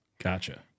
Gotcha